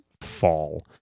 Fall